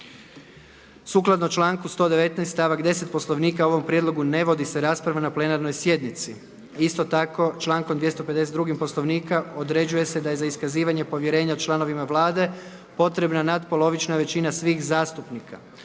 Sukladno članku 119. stavak 10. Poslovnika o ovom prijedlogu ne vodi se rasprava na plenarnoj sjednici. Naglašavam da člankom 252. Poslovnika se određuje da je za iskazivanje povjerenja članovima Vlade potrebna natpolovična većina svih zastupnika.